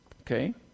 okay